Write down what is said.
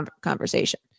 conversation